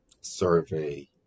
survey